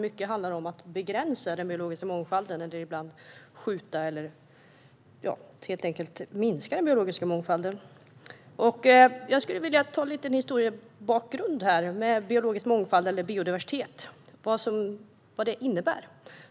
Mycket handlar i stället om att begränsa den biologiska mångfalden, ibland skjuta eller minska den. Jag vill ge en liten historisk bakgrund till biologisk mångfald eller biodiversitet. Vad innebär detta?